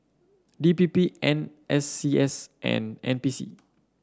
D P P N S C S and N P C